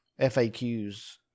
FAQs